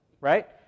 Right